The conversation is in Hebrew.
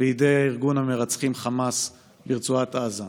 בידי ארגון המרצחים חמאס ברצועת עזה.